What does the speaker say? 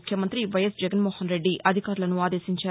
ముఖ్యమంతి వైఎస్ జగన్మోహన్రెడ్డి అధికారులను ఆదేశించారు